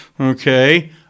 okay